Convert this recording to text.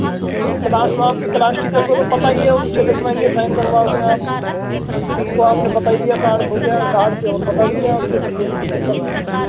नहीं क्लास में आपके क्लास टीचर को तो पता ही है उनसे लिखवाएंगे साइन करवाओगे आप हमको आपने बता ही दिया है कार्ड खो गया है गार्ड से और बता देंगे आपको तो कोई दिक्कत नहीं आएगी